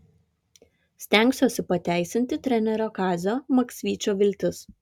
stengsiuosi pateisinti trenerio kazio maksvyčio viltis